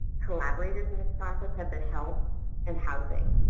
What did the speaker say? collaborators in this process have been health and housing.